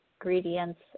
ingredients